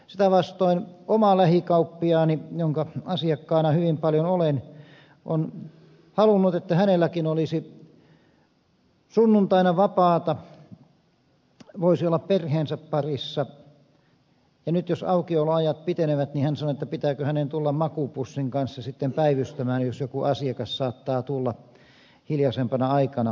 sitä vastoin oma lähikauppiaani jonka asiakkaana hyvin paljon olen on halunnut että hänelläkin olisi sunnuntaina vapaata hän voisi olla perheensä parissa ja nyt jos aukioloajat pitenevät niin hän sanoo pitääkö hänen tulla makuupussin kanssa sitten päivystämään jos joku asiakas saattaa tulla hiljaisempana aikana